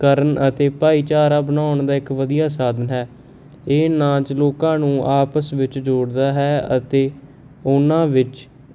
ਕਰਨ ਅਤੇ ਭਾਈਚਾਰਾ ਬਣਾਉਣ ਦਾ ਇੱਕ ਵਧੀਆ ਸਾਧਨ ਹੈ ਇਹ ਨਾਚ ਲੋਕਾ ਨੂੰ ਆਪਸ ਵਿੱਚ ਜੋੜਦਾ ਹੈ ਅਤੇ ਉਹਨਾਂ ਵਿੱਚ